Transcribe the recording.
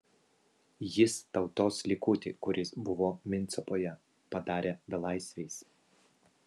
jis tautos likutį kuris buvo micpoje padarė belaisviais